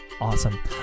Awesome